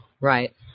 Right